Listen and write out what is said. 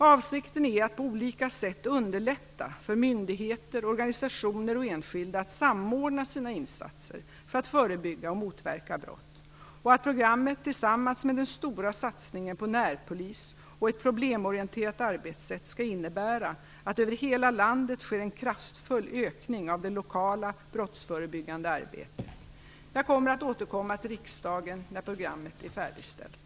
Avsikten är att på olika sätt underlätta för myndigheter, organisationer och enskilda att samordna sina insatser för att förebygga och motverka brott och att programmet, tillsammans med den stora satsningen på närpolis och ett problemorienterat arbetssätt, skall innebära att det över hela landet sker en kraftfull ökning av det lokala brottsförebyggande arbetet. Jag kommer att återkomma till riksdagen när programmet är färdigställt.